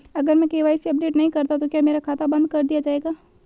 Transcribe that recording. अगर मैं KYC update नहीं करता तो क्या मेरा खाता बंद कर दिया जाएगा?